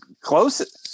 close